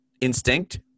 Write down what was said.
instinct